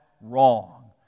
wrong